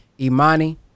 Imani